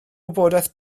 wybodaeth